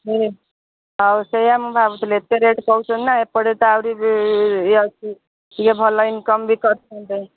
ହୁଁ ଆଉ ସେୟା ମୁଁ ଭାବୁଥିଲି ଏତେ ରେଟ୍ କହୁଛନ୍ତି ନା ଏପଟେ ତ ଆହୁରି ଇଏ ଅଛି ଇଏ ଭଲ ଇନକମ୍ ବି କରିଥାନ୍ତେ